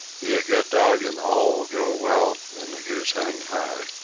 be a good dog and all ll go well and the goose hang high.